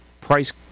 price